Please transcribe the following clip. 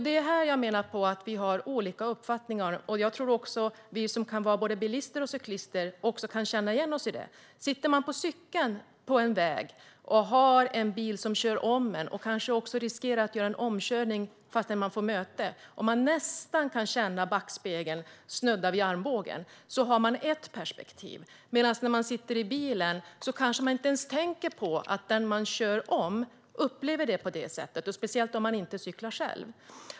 Det är här jag menar att vi har olika uppfattningar. Vi som kan vara både bilister och cyklister kan känna igen oss i det. Man har ett perspektiv om man sitter på cykeln på en väg och har en bil som kör om en, och kanske också riskerar att göra en omkörning fastän man får möte, och nästan kan känna backspegeln snudda vid armbågen. När man sitter i bilen kanske man inte ens tänker på att den man kör om upplever det på det sättet, och speciellt om man inte cyklar själv.